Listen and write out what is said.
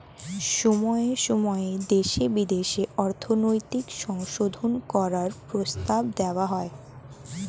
সময়ে সময়ে দেশে বিদেশে অর্থনৈতিক সংশোধন করার প্রস্তাব দেওয়া হয়